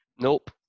Nope